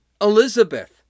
Elizabeth